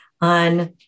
on